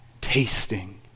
tasting